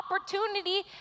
opportunity